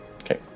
Okay